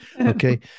okay